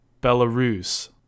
Belarus